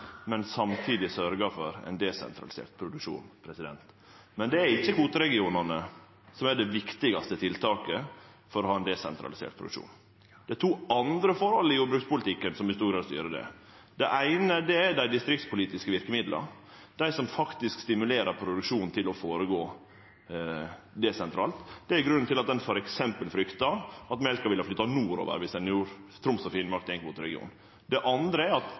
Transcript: men samtidig sørgjer for ein desentralisert produksjon. Men det er ikkje kvoteregionane som er det viktigaste tiltaket for å ha ein desentralisert produksjon, det er to andre forhold i jordbrukspolitikken som i stor grad styrer det. Det eine er dei distriktspolitiske verkemidla, dei som faktisk stimulerer produksjonen til å føregå desentralt. Det er grunnen til at ein f.eks. frykta at mjølka ville ha flytta nordover viss ein gjorde Troms og Finnmark til éin kvoteregion. Det andre er at